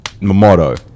motto